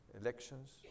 elections